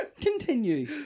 Continue